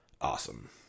awesome